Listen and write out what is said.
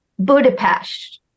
Budapest